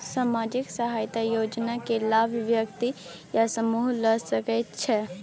सामाजिक सहायता योजना के लाभ व्यक्ति या समूह ला सकै छै?